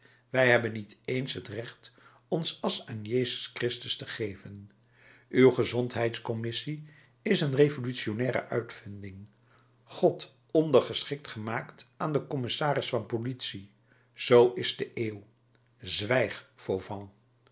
wij hebben niet eens het recht onze asch aan jezus christus te geven uw gezondheidscommissie is een revolutionnaire uitvinding god ondergeschikt gemaakt aan den commissaris van politie zoo is de eeuw zwijg